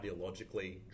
ideologically